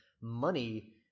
money